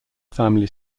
family